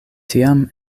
tiam